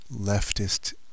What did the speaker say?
leftist